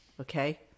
Okay